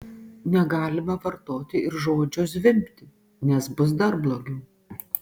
negalima vartoti ir žodžio zvimbti nes bus dar blogiau